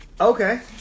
Okay